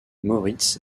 moritz